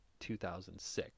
2006